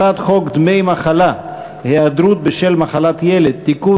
הצעת חוק דמי מחלה (היעדרות בשל מחלת ילד) (תיקון,